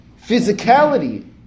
physicality